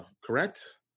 correct